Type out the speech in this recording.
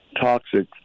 toxic